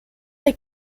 est